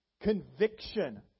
Conviction